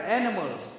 animals